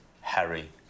Harry